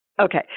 Okay